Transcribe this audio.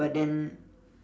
but then